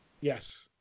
Yes